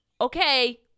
Okay